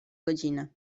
godziny